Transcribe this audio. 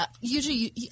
usually